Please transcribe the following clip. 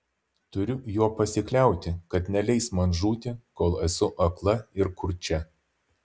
turiu juo pasikliauti kad neleis man žūti kol esu akla ir kurčia